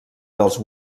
dels